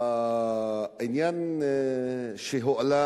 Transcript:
בעניין שהועלה,